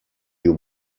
you